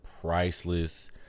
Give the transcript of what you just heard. priceless